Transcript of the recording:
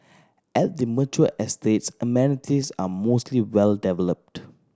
at the mature estates amenities are mostly well developed